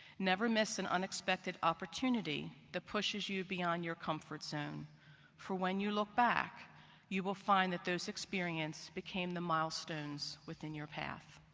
never miss an unexpected opportunity that pushes you beyond your comfort zone for when you look back you will find that those experiences became the milestones within your path.